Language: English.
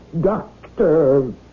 Doctor